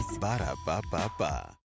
Ba-da-ba-ba-ba